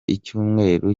icyumweru